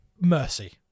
mercy